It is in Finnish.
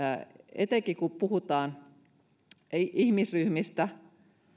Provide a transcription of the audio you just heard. etenkin kun puhutaan ihmisryhmistä